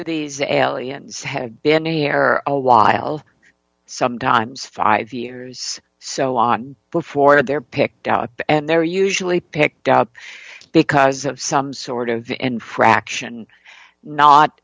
of these aliens have been in error a while sometimes five years or so on before they're picked up and they're usually picked out because of some sort of infraction not